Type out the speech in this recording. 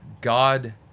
God